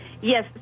Yes